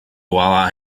while